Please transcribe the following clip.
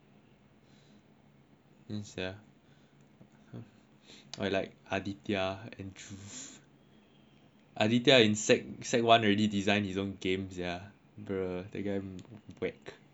in sia and like aditya and aditya in sec sec one already designed his own game sia bro that guy mm break that guy is mad